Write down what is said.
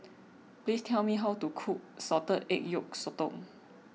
please tell me how to cook Salted Egg Yolk Sotong